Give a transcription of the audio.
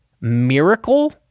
miracle